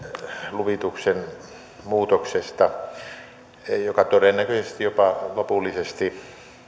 luvituksen muutoksesta joka todennäköisesti jopa lopullisesti